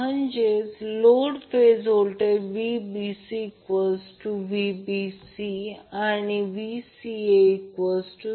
म्हणजेच load phase voltage VbcVBC आणि VcaVCA